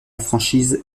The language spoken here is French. franchise